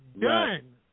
done